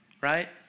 Right